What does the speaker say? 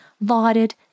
lauded